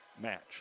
match